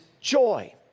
joy